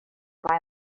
buy